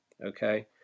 okay